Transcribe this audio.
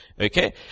Okay